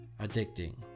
addicting